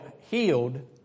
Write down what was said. healed